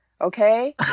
okay